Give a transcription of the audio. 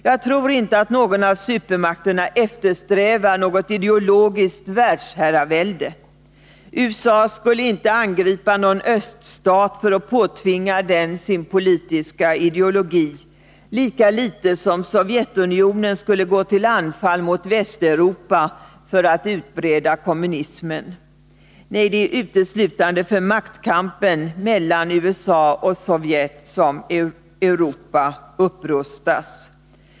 Jag tror inte att någon av supermakterna eftersträvar något ideologiskt världsherravälde. USA skulle inte angripa någon öststat för att påtvinga den sin politiska ideologi, lika litet som Sovjetunionen skulle gå till anfall mot Västeuropa för att utbreda kommunismen. Nej, det är uteslutande för maktkampen mellan USA och Sovjet som Europa upprustas.